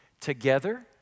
Together